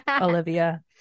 Olivia